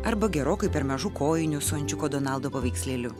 arba gerokai per mažų kojinių su ančiuko donaldo paveikslėliu